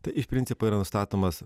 tai iš principo yra nustatomas